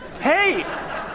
hey